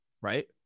Right